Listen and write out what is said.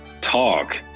talk